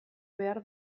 behar